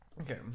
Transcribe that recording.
Okay